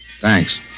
Thanks